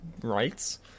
rights